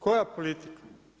Koja politika?